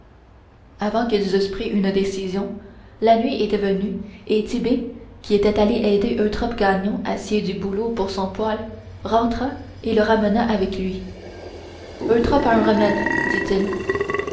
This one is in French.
une décision la nuit était venue et tit'bé qui était allé aider eutrope gagnon à scier du bouleau pour son poêle rentra et le ramena avec lui eutrope a un remède dit-il